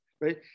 right